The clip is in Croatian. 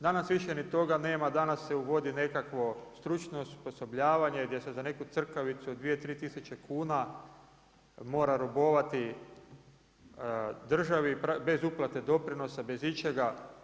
Danas više ni toga nema, danas se uvodi nekakvo stručno osposobljavanje gdje se za neku crkavicu od 2, 3000 kuna mora robovati državi bez uplate doprinosa, bez ičega.